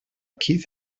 keith